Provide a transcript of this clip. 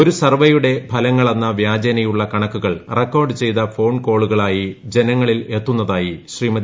ഒരു സർവ്വേയുടെ ഫലങ്ങളെന്ന വ്യാജേനയുള്ള കണക്കുകൾ റെക്കോഡ് ചെയ്ത ഫോൺ കോളുകളായി ജനങ്ങളിലെത്തുന്നതായി ശ്രീമതി